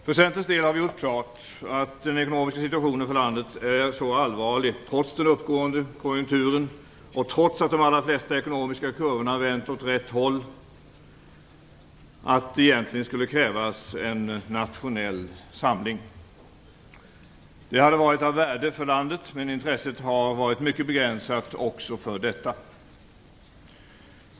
För Centerns del har vi gjort klart att den ekonomiska situationen för landet är så allvarlig, trots den uppgående konjunkturen och trots att de allra flesta ekonomiska kurvor vänt åt rätt håll, att det egentligen skulle krävas en nationell samling. Det hade varit av värde för landet, men intresset har varit mycket begränsat också för detta.